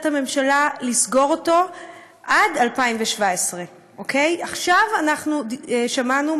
הממשלה לסגור אותו עד 2017. עכשיו שמענו,